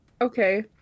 Okay